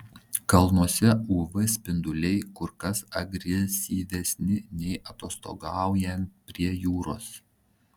kalnuose uv spinduliai kur kas agresyvesni nei atostogaujant prie jūros